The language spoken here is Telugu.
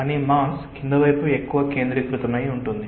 కానీ మాస్ క్రింద వైపు ఎక్కువ కేంద్రీకృతమై ఉంటుంది